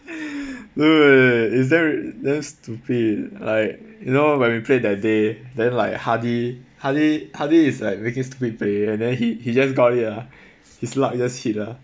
no no no it's damn damn stupid like you know when we play that day then like hardy hardy hardy is like making stupid play and then he he just got it ah his luck just hit lah